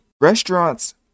Restaurants